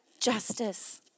justice